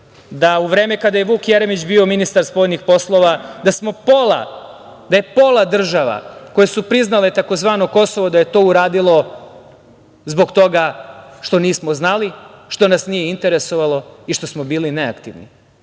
da u vreme kada je Vuk Jeremić bio ministar spoljnih poslova da je pola država koje su priznale tzv. Kosovo, da je to uradilo zbog toga što nismo znali, što nas nije interesovalo i što smo bili neaktivni. Kako